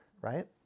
right